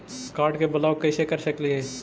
Card के block कैसे कर सकली हे?